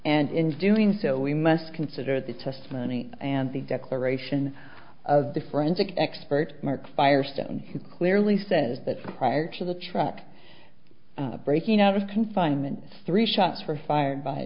and in doing so we must consider the testimony and the declaration of the forensic expert mark firestone clearly says that prior to the truck breaking out of confinement three shots were fire